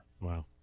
Wow